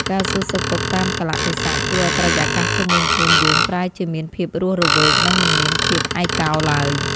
ការសួរសុខទុក្ខតាមកាលៈទេសៈជួយឱ្យបរិយាកាសជុំវិញខ្លួនយើងប្រែជាមានភាពរស់រវើក និងមិនមានភាពឯកោឡើយ។